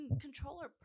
controller